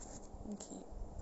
okay